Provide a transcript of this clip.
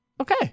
Okay